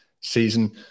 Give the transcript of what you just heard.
season